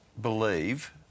believe